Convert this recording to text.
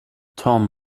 tom